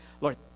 Lord